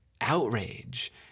outrage